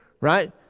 right